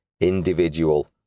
individual